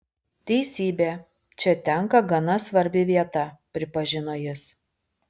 teisybė čia tenka gana svarbi vieta pripažino jis